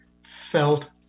felt